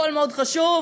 הכול מאוד חשוב.